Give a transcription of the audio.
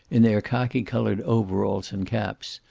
in their khaki-colored overalls and caps,